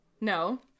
No